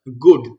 good